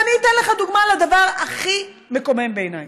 ואתן לך דוגמה לדבר הכי מקומם בעיניי: